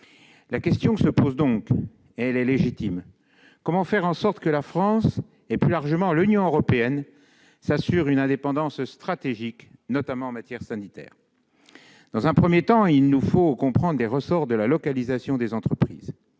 la question légitime qui se pose : comment faire en sorte que la France et, plus largement, l'Union européenne s'assurent une indépendance stratégique, notamment en matière sanitaire ? Dans un premier temps, il nous faut comprendre les ressorts de la localisation des entreprises.